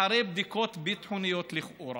אחרי בדיקות ביטחוניות לכאורה,